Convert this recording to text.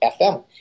FM